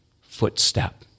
footstep